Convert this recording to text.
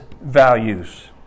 values